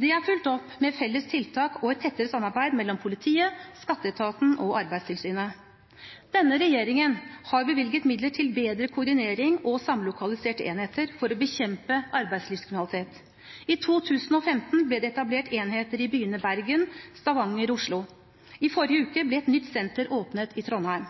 Det er fulgt opp med felles tiltak og et tettere samarbeid mellom politiet, skatteetaten og Arbeidstilsynet. Denne regjeringen har bevilget midler til bedre koordinering og samlokaliserte enheter for å bekjempe arbeidslivskriminalitet. I 2015 ble det etablert enheter i byene Bergen, Stavanger og Oslo. I forrige uke ble et nytt senter åpnet i Trondheim.